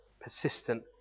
persistent